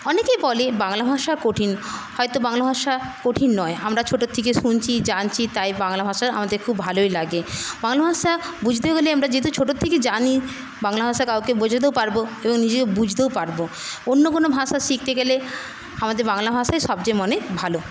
অনেকে বলে বাংলা ভাষা কঠিন হয়তো বাংলা ভাষা কঠিন নয় আমরা ছোটো থেকে শুনছি জানছি তাই বাংলা ভাষা আমাদের খুব ভালোই লাগে বাংলা ভাষা বুঝতে গেলে আমরা যেহেতু ছোটো থেকেই জানি বাংলা ভাষা কাউকে বোঝাতেও পারবো এবং নিজে বুঝতেও পারবো অন্য কোনো ভাষা শিখতে গেলে আমাদের বাংলা ভাষাই সবচেয়ে মনে ভালো